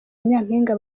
nyampinga